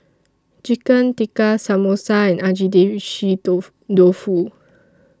Chicken Tikka Samosa and Agedashi Dofu